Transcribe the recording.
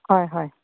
হয় হয়